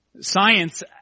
Science